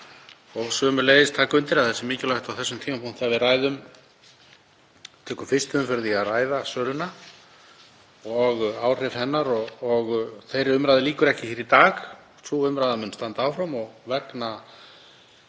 og sömuleiðis taka undir að það er mikilvægt á þessum tímapunkti að við tökum fyrstu umferð í að ræða söluna og áhrif hennar og þeirri umræðu lýkur ekki hér í dag. Sú umræða mun standa áfram. Vegna